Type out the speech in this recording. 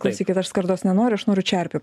klausykit aš skardos nenoriu aš noriu čerpių